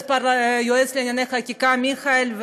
היועץ לענייני חקיקה מיכאל,